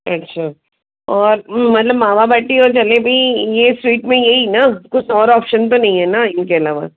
अच्छा और मतलब मावाबटी और जलेबी ये स्वीट में यही ना कुछ और ऑप्शन तो नहीं है ना इनके अलावा